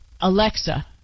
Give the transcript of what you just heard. Alexa